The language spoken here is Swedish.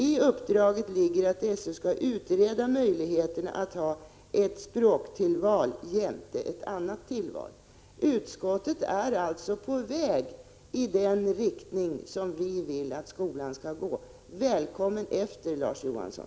I uppdraget ligger att SÖ skall utreda möjligheterna att ha ett språktillval jämte ett annat tillval.” Utskottet är alltså på väg i den riktning som vi vill att skolan skall gå. Välkommen efter, Larz Johansson!